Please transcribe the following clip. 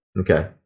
Okay